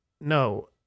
no